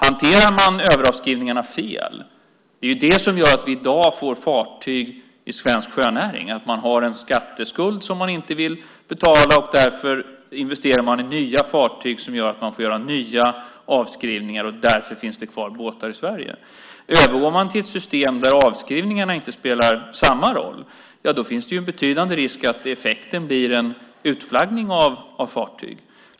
Att man hanterar överavskrivningarna fel är det som gör att vi i dag får fartyg i svensk sjöfartsnäring, alltså att man har en skatteskuld som man inte vill betala och att man därför investerar i nya fartyg som gör att man får göra nya avskrivningar. Därför finns det kvar båtar i Sverige. Övergår man till ett system där avskrivningarna inte spelar samma roll, då finns det en betydande risk att effekten blir en utflaggning av fartyg.